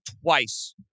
twice